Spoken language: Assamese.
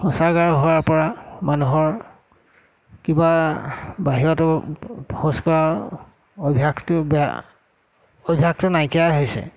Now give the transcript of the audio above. শৌচাগাৰ হোৱাৰপৰা মানুহৰ কিবা বাহিৰতো শৌচ কৰা অভ্যাসটো বেয়া অভ্যাসটো নাইকিয়াই হৈছে